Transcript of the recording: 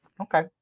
Okay